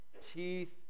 Teeth